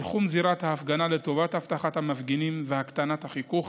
תיחום זירת ההפגנה לטובת אבטחת המפגינים והקטנת החיכוך,